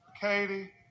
Katie